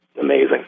amazing